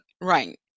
right